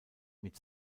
mit